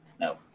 No